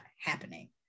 happening